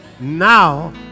Now